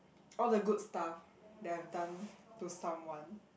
all the good stuff that I've done to someone